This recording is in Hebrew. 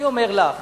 אני אומר לך